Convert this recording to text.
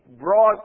broad